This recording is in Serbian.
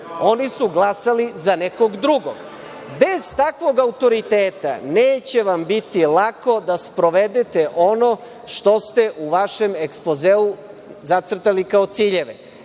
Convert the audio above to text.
Oni su glasali za nekog drugog. Bez takvog autoriteta, neće vam biti lako da sprovedete ono što ste u vašem ekspozeu zacrtali kao ciljeve.